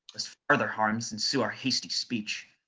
lest farther harms ensue our hasty speech.